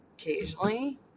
occasionally